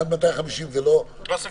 עד 250 זה לא קאפ,